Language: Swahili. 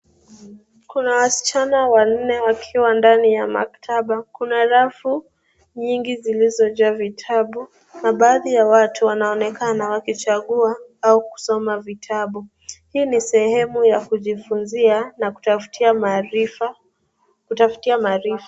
Kuna wasichana wanne wakiwa ndani ya maktaba. Kuna rafu nyingi zilizojaa vitabu na baadhi ya watu wanaonekana wakichagua au kusoma vitabu. Hii ni sehemu ya kujifunzia na kutafutia maarifa.